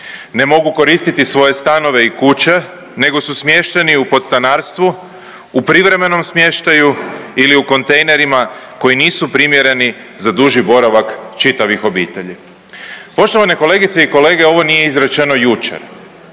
ne mogu koristiti svoje stanove i kuće nego su smješteni u podstanarstvu, u privremenom smještaju ili u kontejnerima koji nisu primjereni za duži boravak čitavih obitelji. Poštovane kolegice i kolege, ovo nije izrečeno jučer,